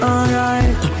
Alright